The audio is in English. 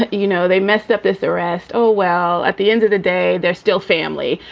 you know, they messed up this arrest. oh, well, at the end of the day, they're still family,